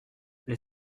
les